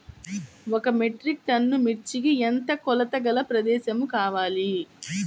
ఒక metric ton మిర్చికి ఎంత కొలతగల ప్రదేశము కావాలీ?